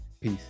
Peace